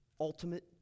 ultimate